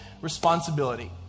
responsibility